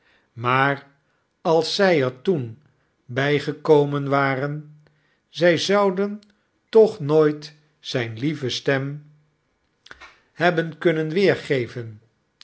maar als zy ertoen by gekomen waren zy zouden toch nooit zyne lieve stem hebben kunnen weergeven